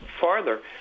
farther